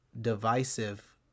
divisive